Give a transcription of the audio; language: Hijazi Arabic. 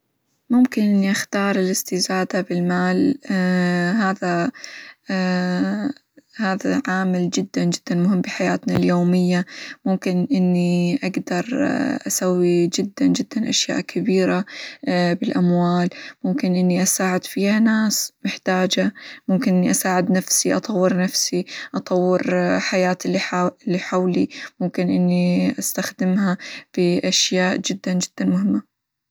ممكن إني أختار الإستزادة بالمال -هذا- هذا عامل جدًا جدًا مهم بحياتنا اليومية، ممكن إني أقدر أسوي جدًا جدًا أشياء كبيرة بالأموال، ممكن إني أساعد فيها ناس محتاجة، ممكن إني أساعد نفسي، أطور نفسي، أطور حياة -اللي حو- اللي حولي، ممكن إني استخدمها بأشياء جدًا جدًا مهمة.